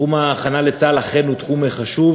1 2. תחום ההכנה לצה"ל אכן הוא תחום חשוב,